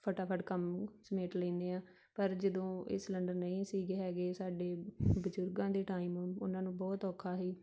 ਫਟਾਫਟ ਕੰਮ ਸਮੇਟ ਲੈਂਦੇ ਹਾਂ ਪਰ ਜਦੋਂ ਇਹ ਸਲੰਡਰ ਨਹੀਂ ਸੀਗੇ ਹੈਗੇ ਸਾਡੇ ਬਜ਼ੁਰਗਾਂ ਦੇ ਟਾਈਮ ਉਹਨਾਂ ਨੂੰ ਬਹੁਤ ਔਖਾ ਸੀ